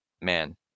man